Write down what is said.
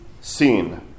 seen